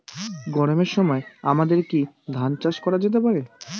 গরমের সময় আমাদের কি ধান চাষ করা যেতে পারি?